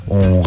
on